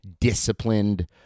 disciplined